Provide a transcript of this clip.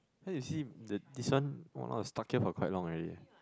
cause you see the this one !walao! stuck here for quite long already leh